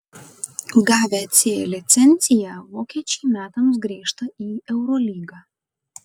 gavę c licenciją vokiečiai metams grįžta į eurolygą